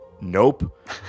Nope